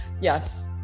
yes